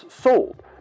sold